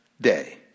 day